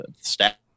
staff